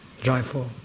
joyful